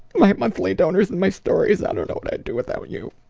my monthly donors and my stories, i don't know what i'd do without you.